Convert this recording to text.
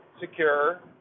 secure